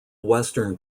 western